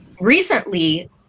recently